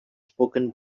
spoken